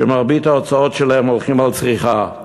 שמרבית ההוצאות שלהן הולכות לצריכה,